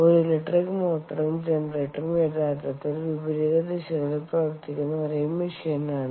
ഒരു ഇലക്ട്രിക് മോട്ടോറും ജനറേറ്ററും യഥാർത്ഥത്തിൽ വിപരീത ദിശകളിൽ പ്രവർത്തിക്കുന്ന ഒരേ മെഷീൻനാണ്